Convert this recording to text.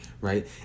right